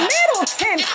Middleton